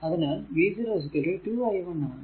അതിനാൽ v0 2 i 1 ആണ്